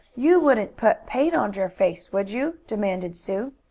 you wouldn't put paint on your face would you? demanded sue.